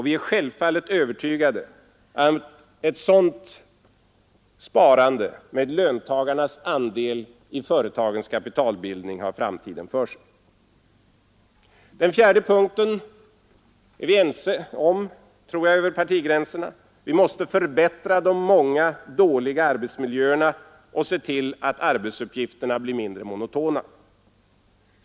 Vi är självfallet övertygade om att en sådan linje med löntagarnas deltagande i företagens kapitalbildning har framtiden för sig. 4. Vi måste förbättra de många dåliga arbetsmiljöerna och se till att arbetsuppgifterna blir mindre monotona. Jag tror att vi över partigränserna är ense om den punkten.